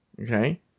okay